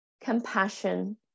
compassion